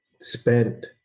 spent